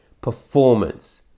performance